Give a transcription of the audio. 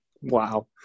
Wow